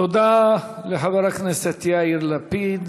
תודה לחבר הכנסת יאיר לפיד.